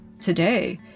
today